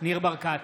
ניר ברקת,